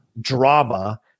drama